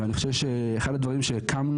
אני חושב שאחד הדברים שהקמנו,